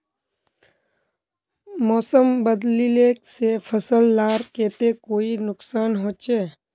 मौसम बदलिले से फसल लार केते कोई नुकसान होचए?